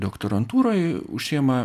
doktorantūroj užsiima